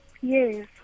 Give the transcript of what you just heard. Yes